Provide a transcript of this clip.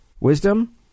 Wisdom